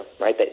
right